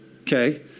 okay